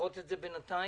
לדחות אותם בינתיים,